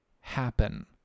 happen